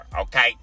okay